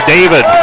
David